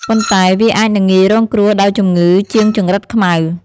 ប៉ុន្តែ វាអាចនឹងងាយរងគ្រោះដោយជំងឺជាងចង្រិតខ្មៅ។